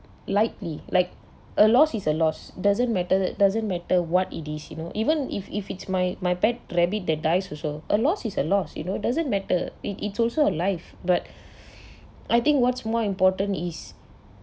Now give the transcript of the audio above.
likely like a loss is a loss doesn't matter it doesn't matter what it is you know even if if it's my my pet rabbit that dies also a loss is a loss you know doesn't matter it it's also a life but I think what's more important is